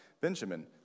Benjamin